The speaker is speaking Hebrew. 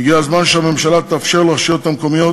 הגיע הזמן שהממשלה תאפשר לרשויות המקומיות,